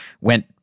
went